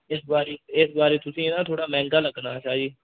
इस बारी इस बारी तुसें ना थोह्ड़ा मैंह्गा लग्गना शाह् जी